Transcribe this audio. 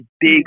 big